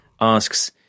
asks